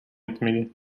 etmeli